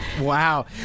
Wow